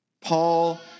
Paul